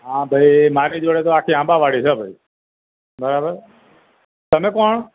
હા ભઈ મારી જોડે તો આખી આંબાવાડી છે ભઈ બરાબર તમે કોણ